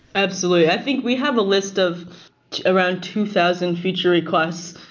absolutely. i think we have a list of around two thousand feature requests.